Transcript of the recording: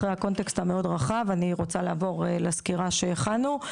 אחרי הקונטקסט המאוד רחב אני רוצה לעבור לסקירה שהכנו.